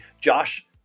Josh